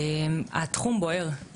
התחום בוער.